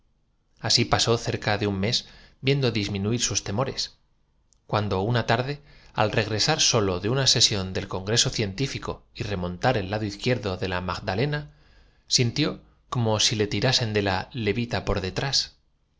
así pasó cerca de un mes viendo disminuir sus amo en quien mis lectores habrán ya reconocido al temores cuando una tarde al regresar solo de una se sión del congreso científico y remontar el lado izquier do de la magdalena sintió como si le tirasen de la levita por detrás